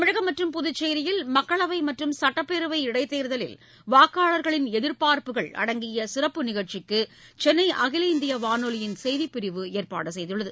தமிழகம் மற்றும் புதுச்சேரியில் மக்களவை மற்றும் சட்டப்பேரவை இடைத்தேர்தலில் வாக்காளர்களின் எதிர்பார்ப்புகள் அடங்கிய சிறப்பு நிகழ்ச்சிக்கு சென்னை அகில இந்திய வானொலியின் செய்திப்பிரிவு ஏற்பாடு செய்துள்ளது